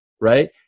right